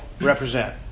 represent